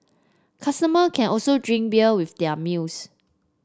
customer can also drink beer with their meals